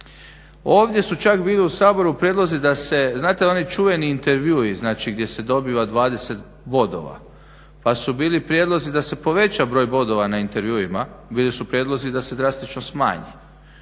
Ovdje su čak bili u Saboru prijedlozi da se, znate onaj čuveni intervju gdje se dobiva 20 bodova, pa su bili prijedlozi da se poveća broj bodova na intervjuima, bili su prijedlozi da se drastično smanji.